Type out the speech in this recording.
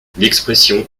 l’expression